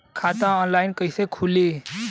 खाता ऑनलाइन कइसे खुली?